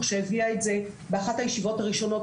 שהביאה את זה באחת הישיבות הראשונות,